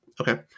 Okay